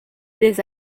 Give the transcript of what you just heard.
des